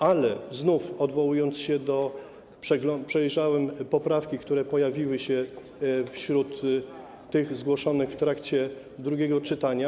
Ale znów, odwołując się do tego, przejrzałem poprawki, które pojawiły się wśród zgłoszonych w trakcie drugiego czytania.